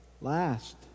Last